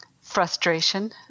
frustration